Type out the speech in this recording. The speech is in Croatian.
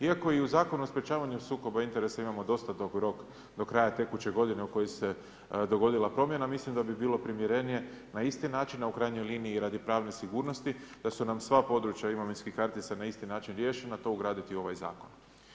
Iako i u Zakonu o sprječavanju sukoba interesa imamo dosta dug rok do kraja tekuće godine u kojem se dogodila promjena, mislim da bi bilo primjerenije na isti način, a u krajnjoj liniji radi pravne sigurnosti da su nam sva područja imovinskih kartica na isti način riješena to ugraditi u ovaj zakon.